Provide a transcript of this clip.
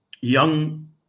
young